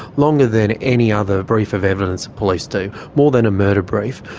longer than any other brief of evidence police do, more than a murder brief.